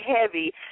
Heavy